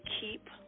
keep